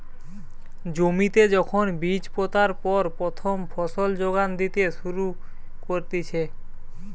জমিতে যখন বীজ পোতার পর প্রথম ফসল যোগান দিতে শুরু করতিছে